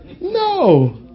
No